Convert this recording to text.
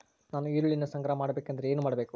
ನಾನು ಈರುಳ್ಳಿಯನ್ನು ಸಂಗ್ರಹ ಮಾಡಬೇಕೆಂದರೆ ಏನು ಮಾಡಬೇಕು?